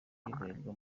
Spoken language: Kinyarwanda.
bralirwa